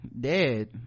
dead